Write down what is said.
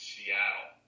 Seattle